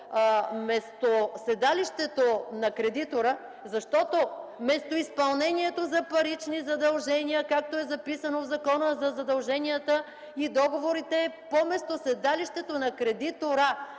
местоседалището на кредитора, защото местоизпълнението за парични задължения, както е записано в Закона за задълженията и договорите, е по местоседалището на кредитора,